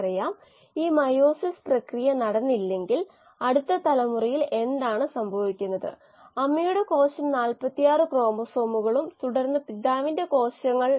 ഒരു നൂതന കോഴ്സിൽ ഒരാൾക്ക് സ്ട്രക്ച്ചർഡ് മോഡലുകൾ പരിഗണിക്കാം അത് കോശങ്ങളിലെ കമ്പാർട്ട്മെന്റലൈസേഷൻ ഉൾക്കൊള്ളുന്നു അല്ലെങ്കിൽ കണക്കിലെടുക്കുന്നു